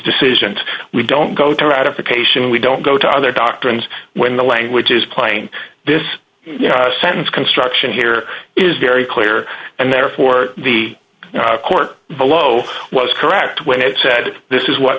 decisions we don't go to ratification we don't go to other doctrines when the language is plain this sentence construction here is very clear and therefore the court below was correct when it said this is what